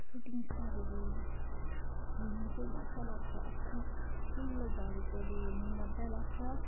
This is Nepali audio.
सुटिङ स्टारहरू हेर्नु चाहिँ मजा लाग्छ अचानक ठुलै झरेकोहरू हेर्नु मजा लाग्छ